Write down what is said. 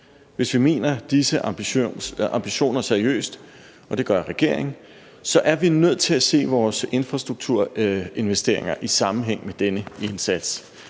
Hvis vi mener disse ambitioner seriøst – og det gør regeringen – så er vi nødt til at se vores infrastrukturinvesteringer i sammenhæng med denne indsats,